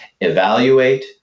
evaluate